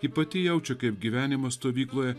ji pati jaučia kaip gyvenimas stovykloje